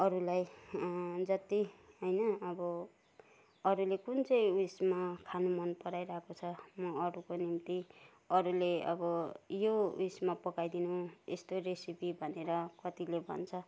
अरूलाई जति होइन अब अरूले कुन चाहिँ उयेसमा खानु मन पराइरहेको छ म अरूको निम्ति अरूले अब यो उयेसमा पकाइदिनु यस्तो रेसिपी भनेर कतिले भन्छ